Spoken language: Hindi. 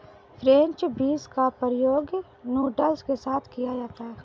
फ्रेंच बींस का प्रयोग नूडल्स के साथ किया जाता है